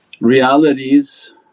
realities